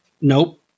Nope